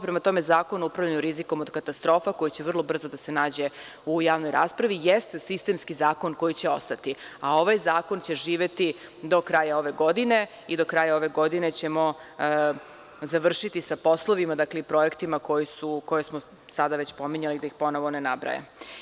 Prema tome, Zakon o upravljanju rizikom od katastrofa, koji će vrlo brzo da se nađe u javnoj raspravi, jeste sistemski zakon koji će ostati, a ovaj zakon će živeti do kraja ove godine i do kraja ove godine ćemo završiti sa poslovima i projektima koje smo sada već pominjali, da ih ponovo ne nabrajam.